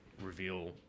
reveal